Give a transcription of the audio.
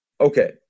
Okay